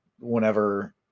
whenever